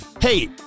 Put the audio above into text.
hey